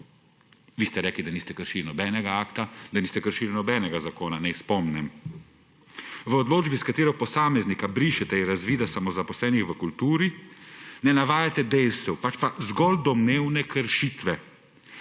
Vi ste rekli, da niste kršili nobenega akta, da niste kršili nobenega zakona. Naj spomnim. V odločbi, s katero posameznika brišete iz razvida samozaposlenih v kulturi, ne navajate dejstev, pač pa zgolj domnevne kršitve.